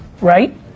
right